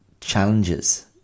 challenges